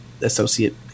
associate